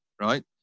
right